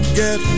get